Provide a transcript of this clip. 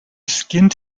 skinned